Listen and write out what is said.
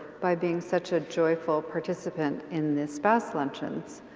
by being such a joyful participant in the spouse luncheon.